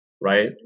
Right